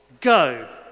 go